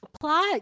Plot